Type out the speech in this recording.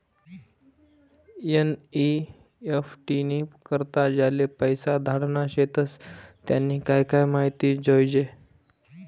NEFT नी करता ज्याले पैसा धाडना शेतस त्यानी काय काय माहिती जोयजे